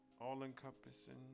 all-encompassing